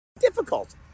difficult